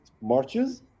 marches